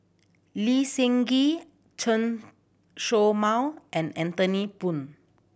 Lee Seng Gee Chen Show Mao and Anthony Poon